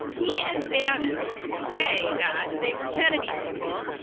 he and bannon say that they were kennedy people,